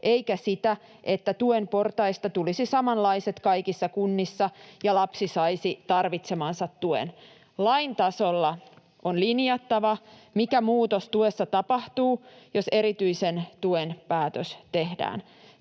eikä sitä, että tuen portaista tulisi samanlaiset kaikissa kunnissa ja lapsi saisi tarvitsemansa tuen. Lain tasolla on linjattava, mikä muutos tuessa tapahtuu, jos erityisen tuen päätös tehdään.